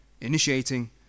initiating